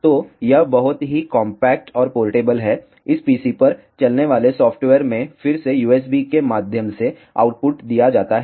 तो यह बहुत ही कॉम्पैक्ट और पोर्टेबल है इस PC पर चलने वाले सॉफ़्टवेयर में फिर से USB के माध्यम से आउटपुट दिया जाता है